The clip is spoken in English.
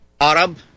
Arab